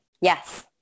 Yes